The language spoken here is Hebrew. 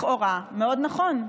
לכאורה מאוד נכון.